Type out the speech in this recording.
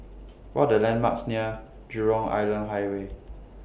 What Are The landmarks near Jurong Island Highway